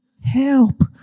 help